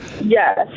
Yes